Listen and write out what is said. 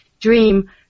dream